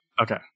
Okay